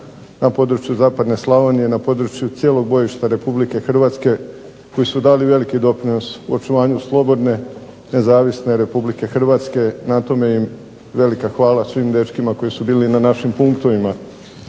na području zapadne Slavonije, na području cijelog bojišta Republike Hrvatske koji su dali veliki doprinos u očuvanju slobodne, nezavisne Republike Hrvatske. Na tome im velika hvala svim dečkima koji su bili na našim punktovima.